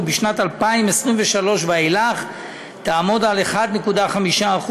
ובשנת 2023 ואילך היא תהיה 1.5%,